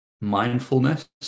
mindfulness